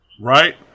Right